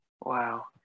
wow